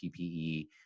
PPE